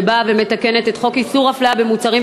שבאה ומתקנת את חוק איסור הפליה במוצרים,